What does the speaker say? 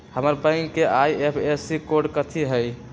हमर बैंक के IFSC code कथि हई?